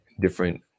different